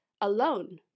alone